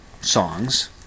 songs